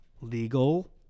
legal